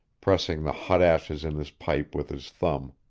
pressing the hot ashes in his pipe with his thumb.